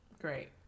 Great